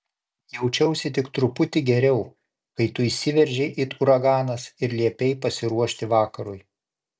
jaučiausi tik truputį geriau kai tu įsiveržei it uraganas ir liepei pasiruošti vakarui